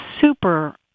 super